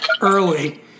early